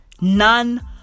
None